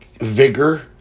Vigor